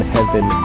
Heaven